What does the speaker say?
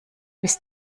bis